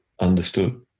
understood